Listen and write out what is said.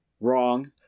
Wrong